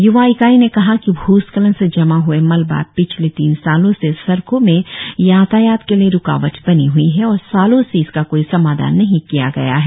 युवा इकाई ने कहा कि भ्रस्खलन से जमा हुए मलबा पिछले तीन सालों से सड़कों में यातायात के लिए रुकावट बनी हुई है और सालो से इसका कोई समाधान नहीं किया गया है